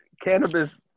Cannabis